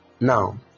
now